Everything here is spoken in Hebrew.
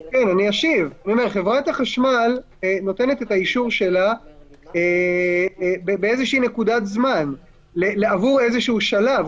חברת החשמל נותנת את האישור שלה בנקודת זמן עבור שלב מסוים.